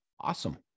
Awesome